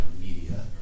media